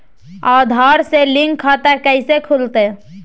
आधार से लिंक खाता कैसे खुलते?